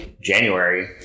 January